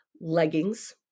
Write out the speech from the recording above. leggings